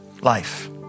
life